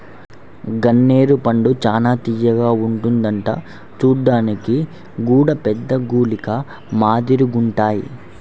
గన్నేరు పండు చానా తియ్యగా ఉంటదంట చూడ్డానికి గూడా పెద్ద గుళికల మాదిరిగుంటాయ్